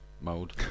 mode